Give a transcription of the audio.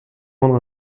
rendre